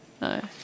No